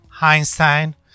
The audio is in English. Einstein